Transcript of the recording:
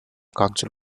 council